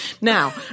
Now